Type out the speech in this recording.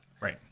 right